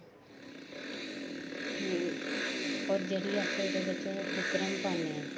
हून होर जेह्ड़ी अस ओह्दे बिच्च बुकरम पान्ने ऐ